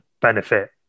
benefit